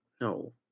no